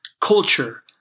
culture